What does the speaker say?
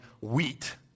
wheat